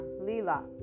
Lila